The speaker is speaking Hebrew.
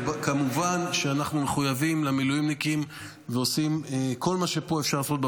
כמובן שאנחנו מחויבים למילואימניקים ועושים כל מה שאפשר לעשות פה,